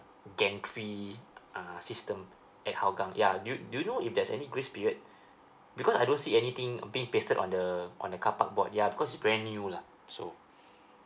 gantry uh system at hougang ya do you do you know if there's any grace period because I don't see anything being pasted on the on the carpark board ya cause it's brand new lah so